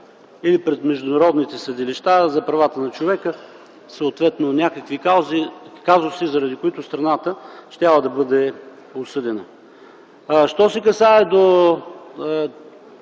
и пред международните съдилища за правата на човека съответно някакви казуси, заради които страната щяла да бъде осъдена. Що се касае до